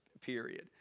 period